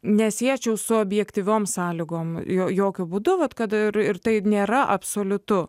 nesiečiau su objektyvioms sąlygoms jo jokiu būdu bet kad ir ir taip nėra absoliutu